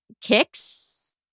Kicks